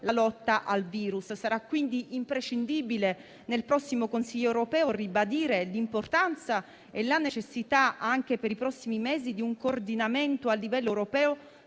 la lotta al virus. Sarà quindi imprescindibile nel prossimo Consiglio europeo ribadire l'importanza e la necessità, anche per i prossimi mesi, di un coordinamento a livello europeo